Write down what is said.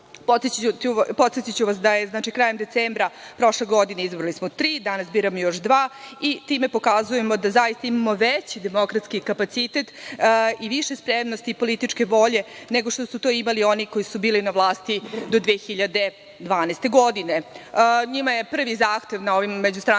članova. Podsetiću vas da je krajem decembra prošle godine, dakle, izabrali smo tri, danas biramo još dva i time pokazujemo da zaista imamo veći demokratski kapacitet i više spremnosti i političke volje, nego što su to imali oni koji su bili na vlasti do 2012. godine. Njima je prvi zahtev na ovom međustranačkom